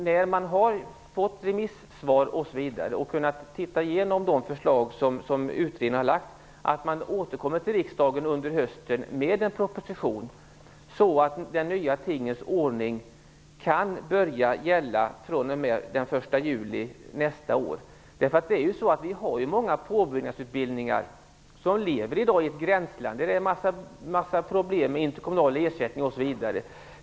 När man har fått remissvar och kunnat gå igenom de förslag utredningen har är det viktigt att man återkommer till riksdagen under hösten med en proposition, så att den nya tingens ordning kan börja gälla fr.o.m. den 1 juli nästa år. Det finns ju många påbyggnadsutbildningar som i dag lever i ett gränsland. Det är en massa problem med interkommunal ersättning osv.